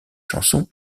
chansons